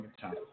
time